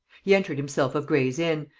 he entered himself of gray's inn,